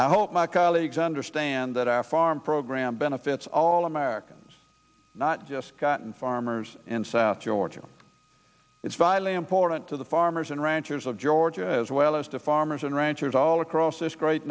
i hope my colleagues understand that after arm program benefits all americans not just gotten farmers in south georgia it's vitally important to the farmers and ranchers of georgia as well as to farmers and ranchers all across this great